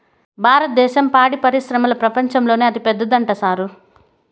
భారద్దేశం పాడి పరిశ్రమల ప్రపంచంలోనే అతిపెద్దదంట సారూ